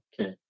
Okay